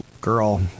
girl